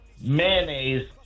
mayonnaise